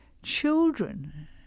Children